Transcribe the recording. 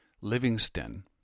Livingston